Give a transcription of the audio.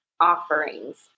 offerings